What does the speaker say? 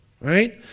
right